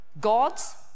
God's